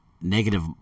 negative